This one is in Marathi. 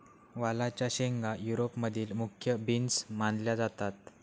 वालाच्या शेंगा युरोप मधील मुख्य बीन्स मानल्या जातात